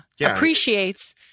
appreciates